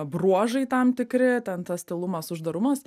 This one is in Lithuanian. bruožai tam tikri ten tas tylumas uždarumas